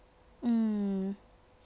mm